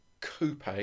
coupe